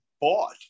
bought